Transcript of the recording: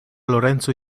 lorenzo